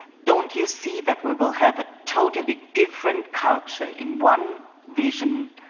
don't you see that we will have a totally different culture in one vision,